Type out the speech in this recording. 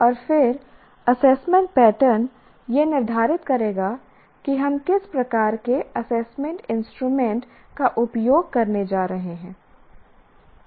और फिर assessment pattern यह निर्धारित करेगा कि हम किस प्रकार के एसेसमेंट इंस्ट्रूमेंट का उपयोग करने जा रहे हैं